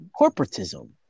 corporatism